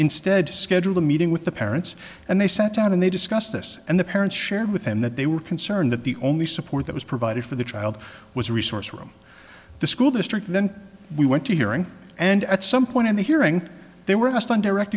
instead scheduled a meeting with the parents and they sat down and they discussed this and the parents shared with them that they were concerned that the only support that was provided for the child was a resource room the school district then we went to hearing and at some point in the hearing they were asked on direct